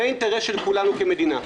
זה אינטרס של כולנו כמדינה.